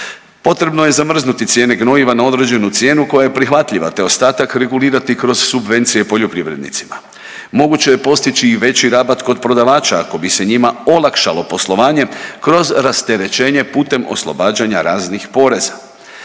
Potrebno je zamrznuti cijene gnojiva na određenu cijenu koja je prihvatljiva te ostatak regulirati kroz subvencije poljoprivrednicima. Moguće je postići i veći rabat kod prodavača ako bi se njima olakšalo poslovanje kroz rasterećenje putem oslobađanja raznih poreza.